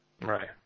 right